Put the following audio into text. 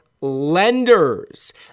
lenders